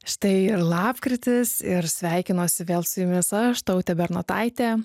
štai ir lapkritis ir sveikinuosi vėl su jumis aš tautė bernotaitė